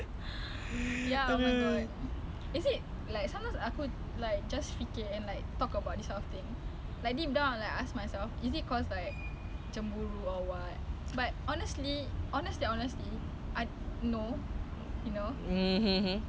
mmhmm ya then is like okay lah if you want to be jealous because of a good thing is is actually good ah actually macam tak bersalah is not meant to be judge